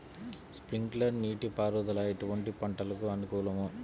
Sprinkler నీటిపారుదల ఎటువంటి పంటలకు అనుకూలము?